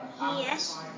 Yes